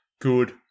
good